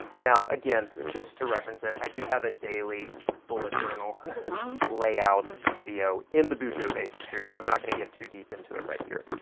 now again, just to reference it, i do have a daily bullet journal layout video in the bujo basic series so i'm not going to get too deep into it right here,